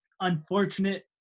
unfortunate